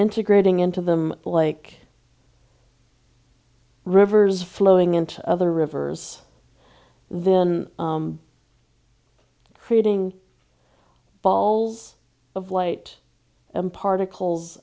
integrating into them like rivers flowing into other rivers then creating balls of light particles